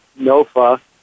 NOFA